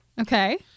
Okay